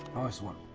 nice one,